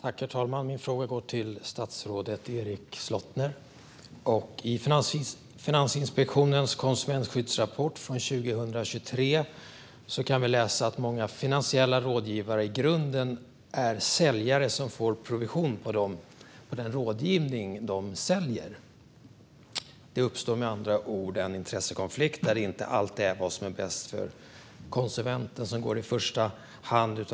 Herr talman! Min fråga går till statsrådet Erik Slottner. I Finansinspektionens konsumentskyddsrapport från 2023 kan vi läsa att många finansiella rådgivare i grunden är säljare, som får provision på den rådgivning de säljer. Det uppstår med andra ord en intressekonflikt där det inte alltid är vad som är bäst för konsumenten som sätts i första rummet.